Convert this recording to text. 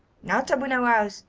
not abu nowas,